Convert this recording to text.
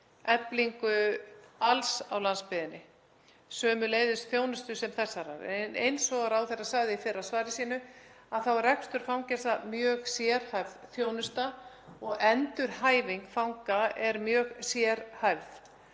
eflingu alls á landsbyggðinni, sömuleiðis þjónustu sem þessarar. En eins og ráðherra sagði í fyrra svari sínu er rekstur fangelsa mjög sérhæfð þjónusta og endurhæfing fanga er mjög sérhæfð.